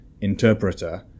interpreter